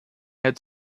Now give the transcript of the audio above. had